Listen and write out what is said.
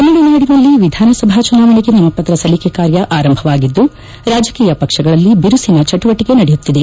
ತಮಿಳುನಾಡಿನಲ್ಲಿ ವಿಧಾನಸಭಾ ಚುನಾವಣೆಗೆ ನಾಮಪತ್ರ ಸಲ್ಲಿಕೆ ಕಾರ್ಯ ಆರಂಭವಾಗಿದ್ದು ರಾಜಕೀಯ ಪಕ್ಷಗಳಲ್ಲಿ ಬಿರುಸಿನ ಚಟುವಟಿಕೆ ನಡೆಯುತ್ತಿದೆ